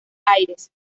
aires